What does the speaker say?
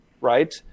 right